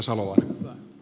puhemies